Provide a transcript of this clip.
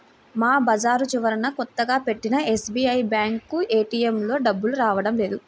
మా బజారు చివరన కొత్తగా పెట్టిన ఎస్బీఐ బ్యేంకు ఏటీఎంలో డబ్బులు రావడం లేదు